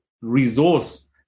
resource